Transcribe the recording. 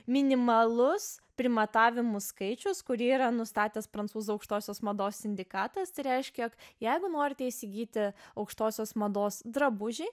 minimalus primatavimų skaičius kurį yra nustatęs prancūzų aukštosios mados sindikatas tai reiškia jog jeigu norite įsigyti aukštosios mados drabužį